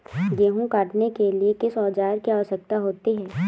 गेहूँ काटने के लिए किस औजार की आवश्यकता होती है?